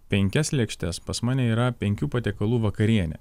penkias lėkštes pas mane yra penkių patiekalų vakarienė